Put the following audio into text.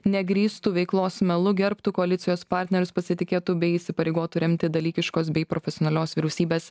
negrįstų veiklos melu gerbtų koalicijos partnerius pasitikėtų bei įsipareigotų remti dalykiškos bei profesionalios vyriausybės